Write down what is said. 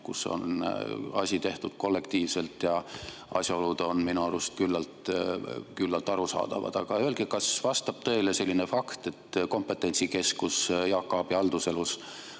kus on asi tehtud kollektiivselt ja asjaolud on minu arust küllalt arusaadavad. Aga öelge, kas vastab tõele, et kompetentsikeskus Jaak Aabi haldusalas,